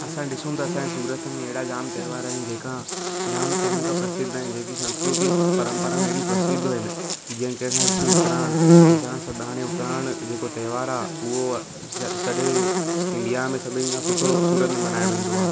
असां ॾिसूं था असांजे सूरत में अहिड़ा जाम त्योहार आहिनि जेका जाम टाइम खां प्रसिद्ध आहिनि जेकी संस्कृति परंपराऊं हेॾी प्रसिद्ध आहिनि जंहिं कंहिं खे ॾिसूं उतराण उतराण सुभाणे उतराण जेको त्योहार आहे उहो सॼे इंडिया में सभिनी खां सुठो सूरत में मल्हायो वेंदो आहे